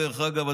דרך אגב,